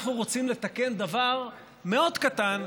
אנחנו רוצים לתקן דבר מאוד קטן,